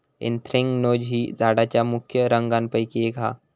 anthracnose ही झाडांच्या मुख्य रोगांपैकी एक हा